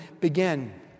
begin